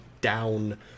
down